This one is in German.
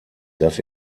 dass